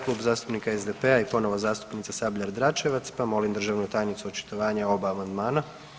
Klub zastupnika SDP-a i ponovno zastupnica Sabljar-Dračevac, pa molim državnu tajnicu očitovanje o oba amandmana.